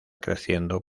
creciendo